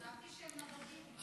חשבתי שהם נוודים.